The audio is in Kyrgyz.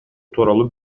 тууралуу